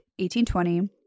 1820